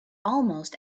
almost